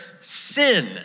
sin